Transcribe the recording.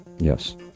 Yes